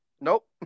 Nope